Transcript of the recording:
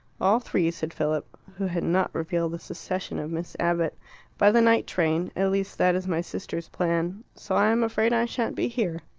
all three, said philip, who had not revealed the secession of miss abbott by the night train at least, that is my sister's plan. so i'm afraid i shan't be here.